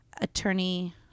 attorney